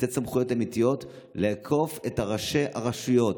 לתת סמכויות אמיתיות לאכוף זאת על ראשי הרשויות,